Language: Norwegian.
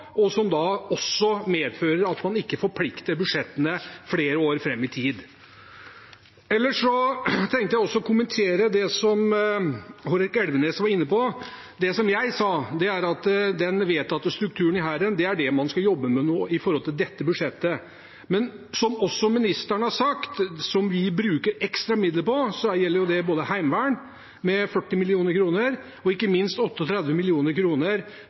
medfører at man ikke forplikter budsjettene flere år fram i tid. Ellers tenkte jeg også å kommentere det som Hårek Elvenes var inne på. Det jeg sa, var at den vedtatte strukturen i Hæren er det man skal jobbe med når det gjelder dette budsjettet. Men som ministeren har sagt, bruker vi ekstra midler